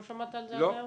לא שמעת על זה עד היום?